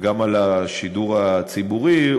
וגם על השידור הציבורי,